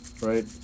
right